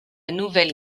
nouvelle